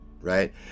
right